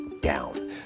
down